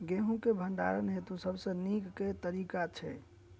गेंहूँ केँ भण्डारण हेतु सबसँ नीक केँ तरीका छै?